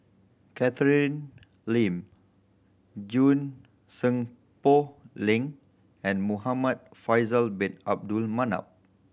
Catherine Lim Junie Sng Poh Leng and Muhamad Faisal Bin Abdul Manap